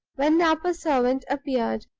when the upper servant appeared.